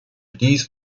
dies